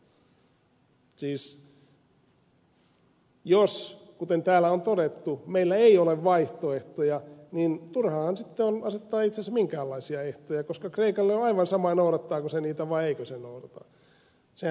siis jos kuten täällä on todettu meillä ei ole vaihtoehtoja niin turhaahan sitten on asettaa itse asiassa minkäänlaisia ehtoja koska kreikalle on aivan sama noudattaako se niitä vai eikö se noudata